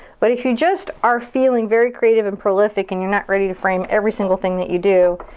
but if you just are feeling very creative and prolific and you're not ready to frame every single thing that you do,